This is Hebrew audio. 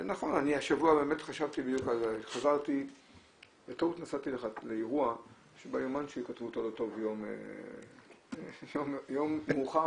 אני השבוע בטעות נסעתי לאירוע כשביומן שלי כתבו אותו יום מאוחר,